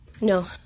No